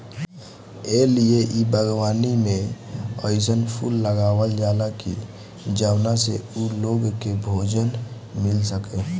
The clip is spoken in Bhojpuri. ए लिए इ बागवानी में अइसन फूल लगावल जाला की जवना से उ लोग के भोजन मिल सके